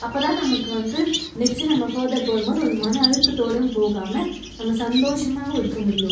அப்போ தான் நமக்கு வந்து நெக்ஸ்ட்டு நம்ம ஃபர்தெர் போகும் போது மன அழுத்தத்தோடும் போகாமல் நம்ம சந்தோஷமாகவும் இருக்க முடியும்